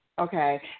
Okay